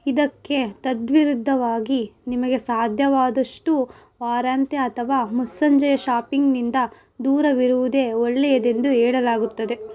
ಇದಕ್ಕೆ ತದ್ವಿರುದ್ಧವಾಗಿ ನಿಮಗೆ ಸಾಧ್ಯವಾದಷ್ಟೂ ವಾರಾಂತ್ಯ ಅಥವಾ ಮುಸ್ಸಂಜೆಯ ಶಾಪಿಂಗ್ನಿಂದ ದೂರವಿರುವುದೇ ಒಳ್ಳೆಯದೆಂದು ಹೇಳಲಾಗುತ್ತದೆ